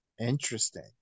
Interesting